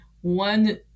one